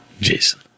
jason